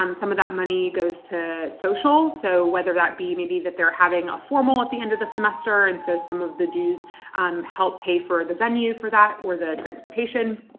um some of that money goes to social, so whether that be maybe that they're having a formal at the end of the semester, and so some of the dues um help pay for the venue for that or the transportation,